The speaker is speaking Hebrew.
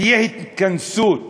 תהיה התכנסות